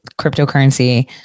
cryptocurrency